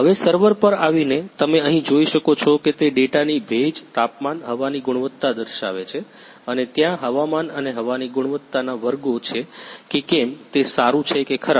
હવે સર્વર પર આવીને તમે અહીં જોઈ શકો છો કે તે ડેટાની ભેજ તાપમાન હવાની ગુણવત્તા દર્શાવે છે અને ત્યાં હવામાન અને હવાની ગુણવત્તાના વર્ગો છે કે કેમ તે સારું છે કે ખરાબ